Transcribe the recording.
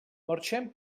marxem